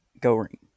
Goring